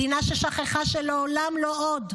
מדינה ששכחה ש"לעולם לא עוד"